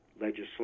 legislation